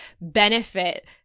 benefit